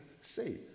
see